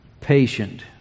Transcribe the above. patient